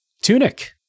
tunic